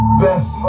best